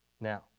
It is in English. Now